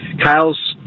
Kyle's